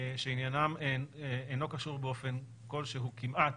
שעניינם אינו קשור באופן כלשהו כמעט,